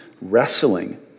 wrestling